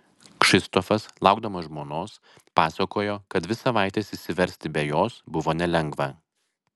kšištofas laukdamas žmonos pasakojo kad dvi savaites išsiversti be jos buvo nelengva